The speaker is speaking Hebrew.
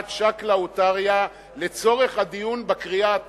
שקלא וטריא לצורך הדיון בקריאה הטרומית.